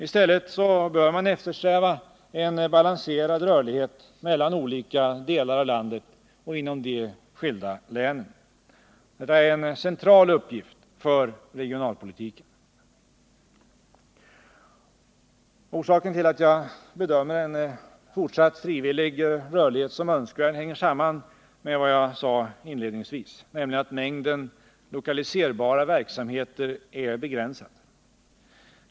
I stället bör man eftersträva en balanserad rörlighet mellan olika delar av landet och inom de skilda länen. Det är en central uppgift för regionalpolitiken. Orsaken till att jag bedömer en fortsatt frivillig rörlighet som önskvärd hänger samman med vad jag sade inledningsvis, nämligen att mängden lokaliserbara verksamheter är begränsad.